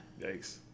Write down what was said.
Yikes